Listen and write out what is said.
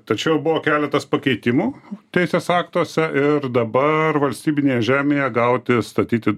tačiau buvo keletas pakeitimų teisės aktuose ir dabar valstybinėje žemėje gauti statyti